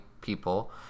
people